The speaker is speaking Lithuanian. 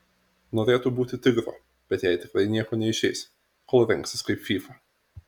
norėtų būti tigro bet jai tikrai nieko neišeis kol rengsis kaip fyfa